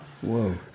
Whoa